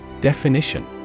Definition